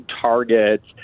targets